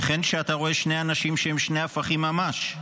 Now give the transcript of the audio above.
וכן כשאתה רואה שני אנשים שהם שני הפכים ממש,